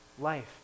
life